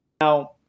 now